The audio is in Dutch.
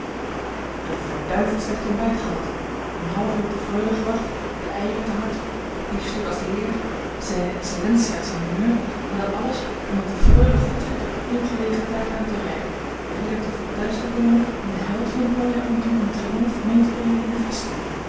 een verduiveld slecht ontbijt gehad een half uur op de freule gewacht de eieren te hard de biefstuk als leer zijne excellentie uit zijn humeur en dat alles omdat de freule goedvindt op een ongelegen tijd uit te rijden ridder te voet thuis te komen en den held van dat mooie avontuur in triomf mee te brengen in de vesting